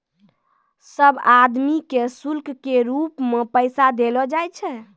सब आदमी के शुल्क के रूप मे पैसा देलो जाय छै